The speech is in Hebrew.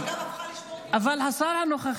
משכו אותם.